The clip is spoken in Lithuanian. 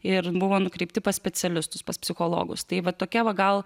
ir buvo nukreipti pas specialistus pas psichologus tai vat tokie va gal